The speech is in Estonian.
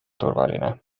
turvaline